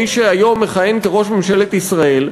מי שהיום מכהן כראש ממשלת ישראל,